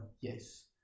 Yes